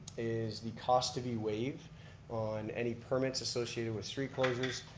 is the cost to be waived on any permits associated with street closures.